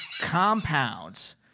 compounds